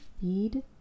feed